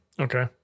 Okay